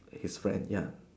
his friend ya